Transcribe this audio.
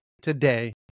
today